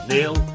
Neil